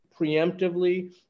preemptively